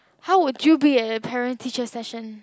how would you be at a parent teacher session